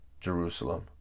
Jerusalem